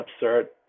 absurd